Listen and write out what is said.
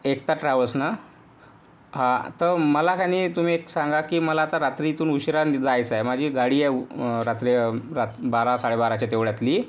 एकता Travels ना हा तर मलाकनी तुम्ही एक सांगा की मला आता रात्री इथून उशिरा जायचं आहे माझी गाडी आहे रात्री बारा साडेबाराच्या तेवढ्यातली